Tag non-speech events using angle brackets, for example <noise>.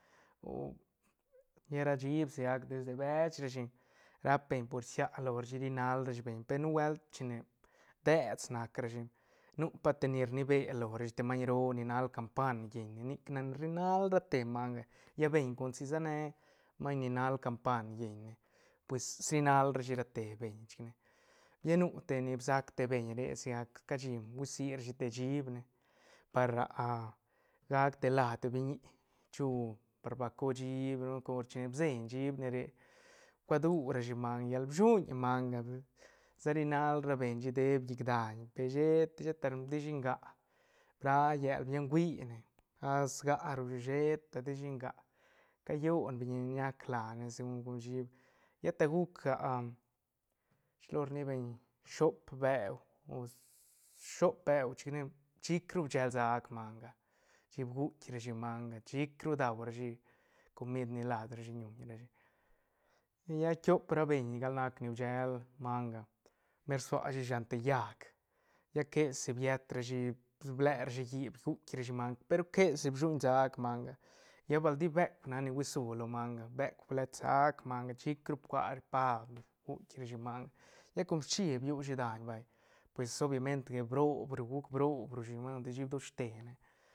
<hesitation> lla ra chiib sigac desde bech rashi rap beñ por siah lo rashi ri nal ra shi beñ per nubuelt chine deets nac rashi nu pa te ni rni be lo rashi maiñ roo ni nal campan llen ne nic nac ni rri nal rate manga beñ com si sene maiñ ni nal campan llen ne pues sinal rashi rate beñ chic ne lla nu te ni bisac te beñ re sigac cashi hui si rashi te chiib ne par <hesitation> gac te la te biñi chu barbaco chiib gol cor shin bseñ chiib ne re bcua du rashi manga yal bshuñ manga ne se ri nal ra beñ shi deeb llic daiñ per sheta- sheta ru tishi nga bra llel bion huine as rgaruchi sheta tishi nga callon biñini ñac lane segun con chiib lla ta guc <hesitation> shilo rni beñ soob beu o soob beu chic ne chic ru bshel sac manga chic bguitk rashi manga chic ru daurashi comid ni las rashi ñun rashi lla tiop gal beñ nac ni bchel manga sua shi shan te llaäc lla que si biet rashi blerashi hiip bguitk rashi manga pe ru quesi bshuñ sac manga lla bal di beuk nac ni hui su lo manga beuk blet sac manga chic ru bcua rashi pa bguitk rashi manga lla com schi biushi daiñ vay pues obviament broob ru guc broob ru shi man te chiib doste ne.